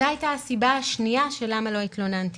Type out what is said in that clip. זאת הייתה הסיבה השנייה של "למה לא התלוננתי".